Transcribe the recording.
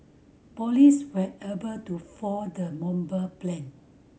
police were able to foil the bomber plan